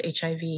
HIV